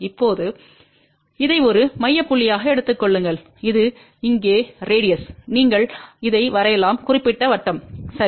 இப்போது இதை ஒரு மைய புள்ளியாக எடுத்துக் கொள்ளுங்கள் இது இங்கே ரேடியஸ் நீங்கள் இதை வரையலாம் குறிப்பிட்ட வட்டம் சரி